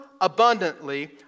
abundantly